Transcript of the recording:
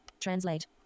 translate